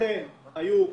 שאכן היו חולים,